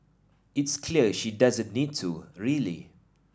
it's clear she doesn't need to really